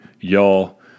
y'all